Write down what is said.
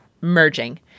merging